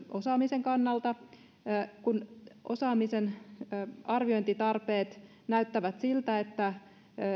osaamisen kannalta kun osaamisen arviointitarpeet näyttävät siltä että